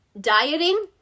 dieting